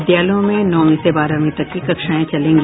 विद्यालयों में नौवीं से बारहवीं तक की कक्षाएं चलेंगी